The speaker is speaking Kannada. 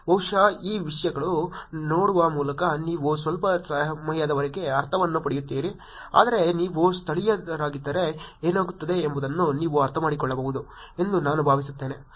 ಬಹುಶಃ ಈ ವಿಷಯಗಳನ್ನು ನೋಡುವ ಮೂಲಕ ನೀವು ಸ್ವಲ್ಪ ಸಮಯದವರೆಗೆ ಅರ್ಥವನ್ನು ಪಡೆಯುತ್ತೀರಿ ಆದರೆ ನೀವು ಸ್ಥಳೀಯರಾಗಿದ್ದರೆ ಏನಾಗುತ್ತಿದೆ ಎಂಬುದನ್ನು ನೀವು ಅರ್ಥಮಾಡಿಕೊಳ್ಳಬಹುದು ಎಂದು ನಾನು ಭಾವಿಸುತ್ತೇನೆ